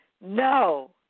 No